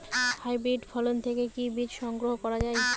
Hybrid ফসল থেকে কি বীজ সংগ্রহ করা য়ায়?